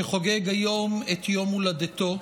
שחוגג היום את יום הולדתו.